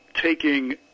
taking